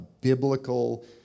biblical